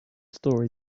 story